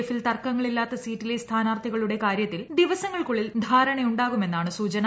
എഫിൽ തർക്കങ്ങളില്ലാത്ത സീറ്റിലെ സ്ഥാനാർഥികളുടെ കാര്യത്തിൽ ദിവസങ്ങൾക്കുള്ളിൽ ധാരണയാകുമെന്നാണ് സൂചന